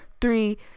three